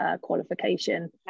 qualification